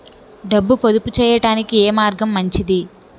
డబ్బు పొదుపు చేయటానికి ఏ మార్గం మంచిది?